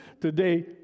today